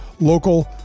local